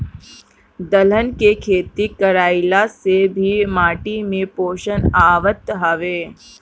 दलहन के खेती कईला से भी माटी में पोषण आवत हवे